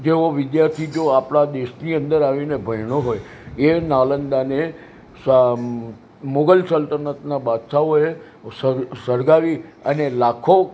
જેવો વિદ્યાર્થી જો આપણા દેશની અંદર આવી ને ભણ્યો હોય એ નાલંદાને મોગલ સલ્તનતનાં બાદશાહોએ સળગાવી અને લાખો